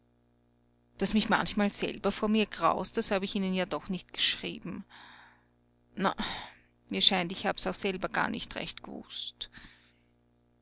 daß mich manchmal selber vor mir graust das hab ich ihnen ja doch nicht geschrieben na mir scheint ich hab's auch selber gar nicht recht gewußt